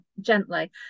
gently